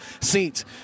seats